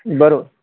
बरं